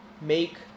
make